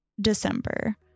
December